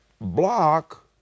block